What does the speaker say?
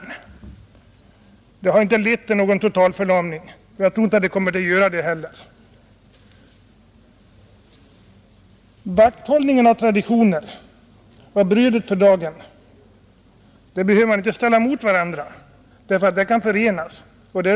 Den nuvarande lagen har inte lett till någon förlamning, och jag tror inte att den kommer att göra det heller. Vakthållning om traditioner och bröd för dagen behöver man inte ställa emot varandra, eftersom de kan förenas.